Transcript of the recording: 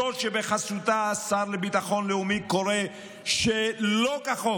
זו שבחסותה השר לביטחון לאומי קורא שלא כחוק